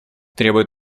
требует